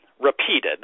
repeated